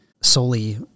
solely